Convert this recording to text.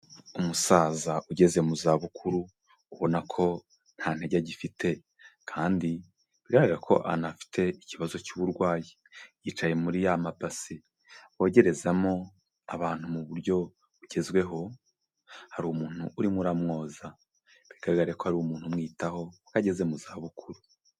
Umusaza ugeze mu za bukuru, ubona ko nta ntege agifite, kandi bigaragara ko anafite ikibazo cy'uburwayi, yicaye muri ya mabasi bogerezamo abantu mu buryo bugezweho, hari umuntu urimo uramwoza, bigaragare ko ari umuntu umwitaho, kuko ageze mu za bukuru.